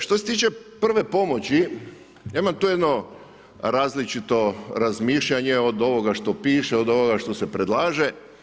Što se tiče prve pomoći, ja imam tu jedno različito razmišljanje od ovoga što piše, od ovoga što se predlaže.